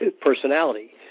personality